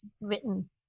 written